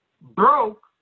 Broke